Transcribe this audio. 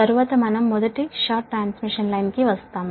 తరువాత మనం మొదటి షార్ట్ ట్రాన్స్మిషన్ లైన్ కు వద్దాము